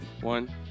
One